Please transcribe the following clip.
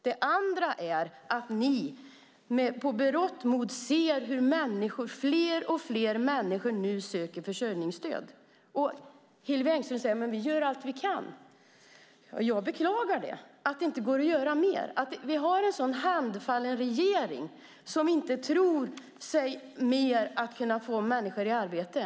Det andra är att ni med berått mod ser hur alltfler människor nu söker försörjningsstöd. Hillevi Engström säger: Vi gör allt vi kan. Jag beklagar att det inte går att göra mer och att vi har en sådan handfallen regering som inte mer tror sig om att kunna få människor i arbete.